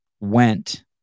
went